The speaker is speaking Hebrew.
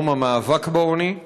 יום המאבק בעוני,